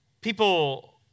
people